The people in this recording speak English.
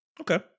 Okay